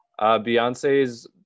Beyonce's